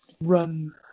run